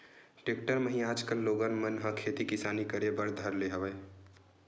tractor म ही आजकल लोगन मन ह खेती किसानी करे बर धर ले हवय